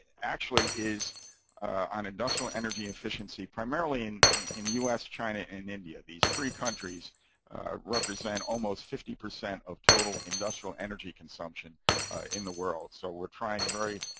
actually, is on industrial energy efficiency primarily in in us, china, and india. these three countries represent almost fifty percent of total industrial energy consumption in the world. so, we're trying very